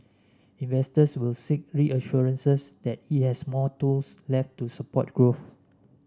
investors will seek reassurances that it has more tools left to support growth